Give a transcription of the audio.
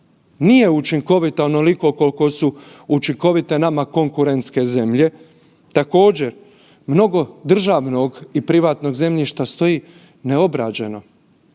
nije učinkovita onoliko koliko su učinkovite nama konkurentske zemlje. Također mnogo državnog i privatnog zemljišta stoji neobrađeno